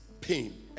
pain